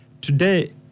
today